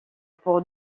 pour